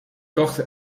korte